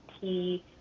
tea